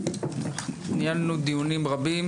ניהלנו דיונים רבים,